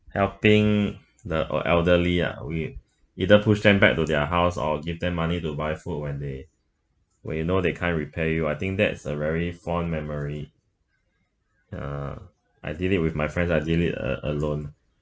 helping the uh elderly ah we either pushed them back to their house or give them money to buy food when they when you know they can't repay you I think that's a very fond memory ya I did it with my friends I did it a~ alone